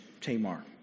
Tamar